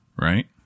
Right